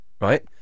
right